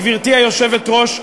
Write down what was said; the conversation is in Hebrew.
גברתי היושבת-ראש,